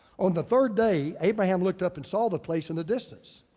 on the third day, abraham looked up and saw the place in the distance.